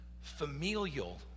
familial